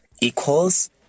equals